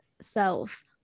self